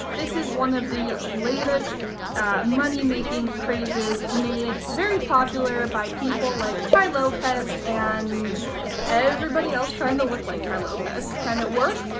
this is one of the latest money-making crazes made very popular by people like tai lopez and everybody else trying to look like tai lopez. can it work?